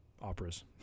Operas